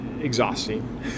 exhausting